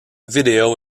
video